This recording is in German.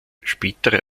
spätere